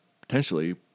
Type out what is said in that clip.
potentially